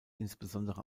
insbesondere